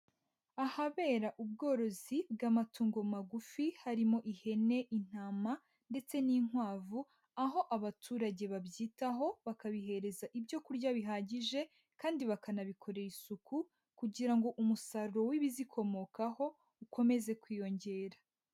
Ahabera ubworozi bw'amatungo magufi, harimo ihene, intama, ndetse n'inkwavu, aho abaturage babyitaho, bakabihereza ibyo kurya bihagije, kandi bakanabikorera isuku, kugira ngo umusaruro w'ibizikomokaho ukomeze kwiyongera.